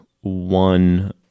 one